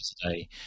today